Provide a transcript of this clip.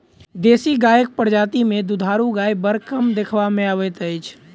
देशी गायक प्रजाति मे दूधारू गाय बड़ कम देखबा मे अबैत अछि